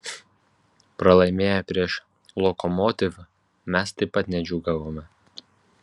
pralaimėję prieš lokomotiv mes taip pat nedžiūgavome